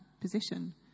position